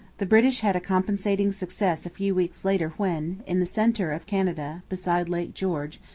the british had a compensating success a few weeks later when, in the centre of canada, beside lake george,